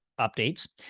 updates